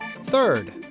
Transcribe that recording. Third